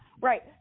Right